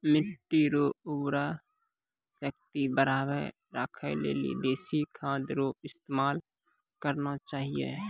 मिट्टी रो उर्वरा शक्ति बढ़ाएं राखै लेली देशी खाद रो इस्तेमाल करना चाहियो